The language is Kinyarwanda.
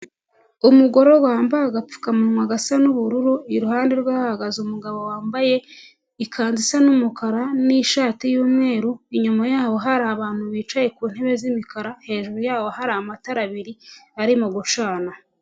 Umugororwa wambaye agapfukamunwa gasa n'ubururu, iruhande rwe hahagaze umugabo wambaye ikanzu isa n'umukara n'ishati y'umweru, inyuma yabo hari abantu bicaye ku ntebe z'imikara, hejuru yabo hari amatara abiri arimo gucana.